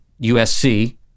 USC